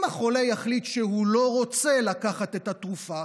אם החולה יחליט שהוא לא רוצה לקחת את התרופה,